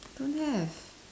don't have